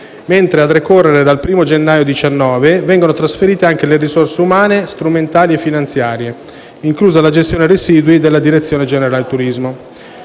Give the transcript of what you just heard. mentre, a decorrere dal 1° gennaio 2019, vengono trasferite anche le risorse umane, strumentali e finanziarie, inclusa la gestione residui, della direzione generale turismo.